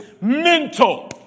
mental